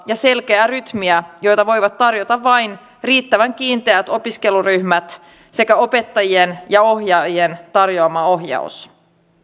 ja selkeää rytmiä joita voivat tarjota vain riittävän kiinteät opiskeluryhmät sekä opettajien ja ohjaajien tarjoama ohjaus